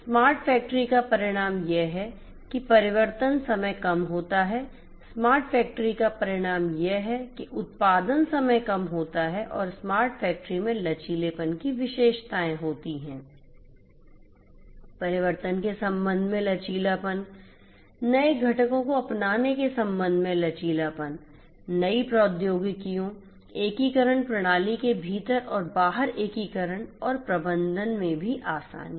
smart factory का परिणाम यह है की परिवर्तन समय कम होता है स्मार्ट फैक्ट्री का परिणाम यह है की उत्पादन समय कम होता है और स्मार्ट फैक्ट्री में लचीलेपन की विशेषताएं होती हैं परिवर्तन के संबंध में लचीलापन नए घटकों को अपनाने के संबंध में लचीलापन नई प्रौद्योगिकियों एकीकरण प्रणाली के भीतर और बाहर एकीकरण और प्रबंधन में भी आसानी